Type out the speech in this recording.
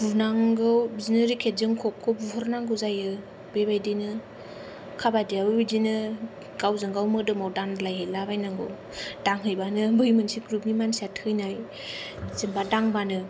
बुनांगौ बिदिनो रेकेटजों ककखौ बुहरनांगौ जायो बेबादिनो काबादियाबो बेबादिनो गावजों गाव मोदोमाव दांज्लायहैलाबायनांगौ दांहैबानो बै मोनसे ग्रुपनि मानसिया थैनाय बिदि दांबानो